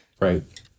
Right